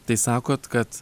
tai sakot kad